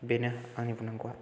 बेनो आंनि बुंनांगौआ